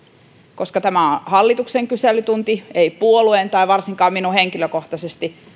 koska tämä on hallituksen kyselytunti ei puolueen tai varsinkaan minun henkilökohtaisesti